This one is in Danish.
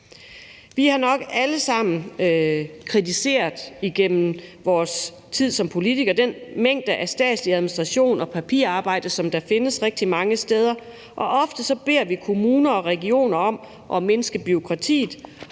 Vi har nok alle sammen igennem vores tid som politikere kritiseret den mængde af statslig administration og papirarbejde, der findes rigtig mange steder, og ofte beder vi kommuner og regioner om at mindske bureaukratiet,